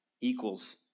equals